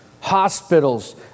hospitals